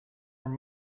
are